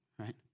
right